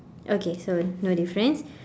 okay so no difference